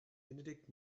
benedikt